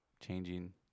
changing